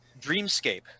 dreamscape